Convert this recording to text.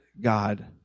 God